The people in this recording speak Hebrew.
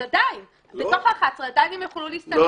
אז עדיין, מתוך ה-11 הם יוכלו להתנגד --- לא.